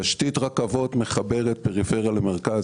תשתית רכבות מחברת פריפריה למרכז.